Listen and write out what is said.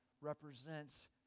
represents